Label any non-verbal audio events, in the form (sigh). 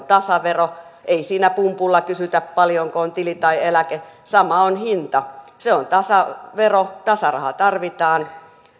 (unintelligible) tasavero ei siinä pumpulla kysytä paljonko on tili tai eläke sama on hinta se on tasavero tasaraha tarvitaan